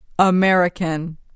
American